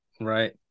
Right